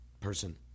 person